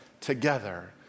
together